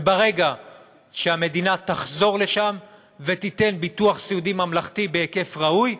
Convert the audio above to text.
וברגע שהמדינה תחזור לשם ותיתן ביטוח סיעודי ממלכתי בהיקף ראוי,